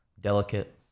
delicate